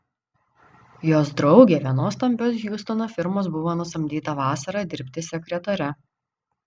jos draugė vienos stambios hjustono firmos buvo nusamdyta vasarą dirbti sekretore